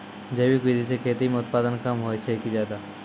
जैविक विधि से खेती म उत्पादन कम होय छै कि ज्यादा?